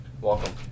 Welcome